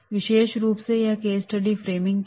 विशेष रुप से यह केस स्टडी फ्रेमिंग की है